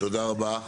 תודה רבה.